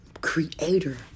creator